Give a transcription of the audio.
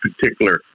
particular